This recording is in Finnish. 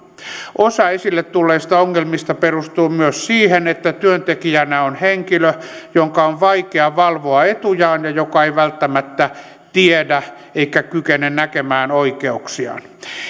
osa esille tulleista ongelmista perustuu myös siihen että työntekijänä on henkilö jonka on vaikea valvoa etujaan ja joka ei välttämättä tiedä eikä kykene näkemään oikeuksiaan